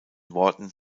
worten